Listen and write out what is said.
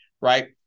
right